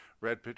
red